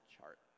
chart